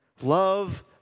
Love